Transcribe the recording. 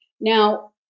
Now